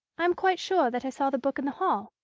i am quite sure that i saw the book in the hall.